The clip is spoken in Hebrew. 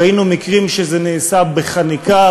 ראינו מקרים שזה נעשה בחניקה,